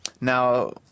Now